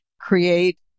create